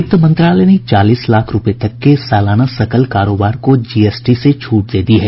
वित्त मंत्रालय ने चालीस लाख रुपए तक के सालाना सकल कारोबार को जीएसटी से छूट दे दी है